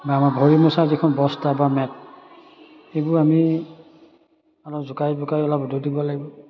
বা আমাৰ ভৰি মচা যিখন বস্তা বা মেট সেইবোৰ আমি অলপ জোকাৰি জোকাৰি অলপ ৰ'দত দিব লাগিব